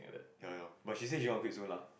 ya ya but she says she want quit soon lah